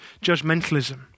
judgmentalism